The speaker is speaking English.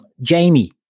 Jamie